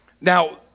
Now